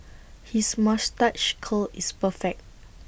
his moustache curl is perfect